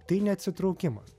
tai ne atsitraukimas